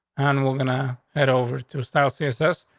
and we're gonna head over to style css.